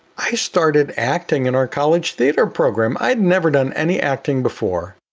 i started acting in our college theater program. i'd never done any acting before.